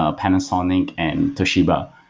ah panasonic and toshiba.